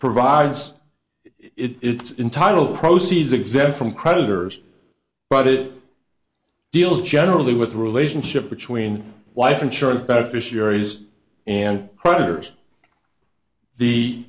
provides it in title proceeds exempt from creditors but it deals generally with the relationship between life insurance beneficiaries and creditors the